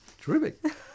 Terrific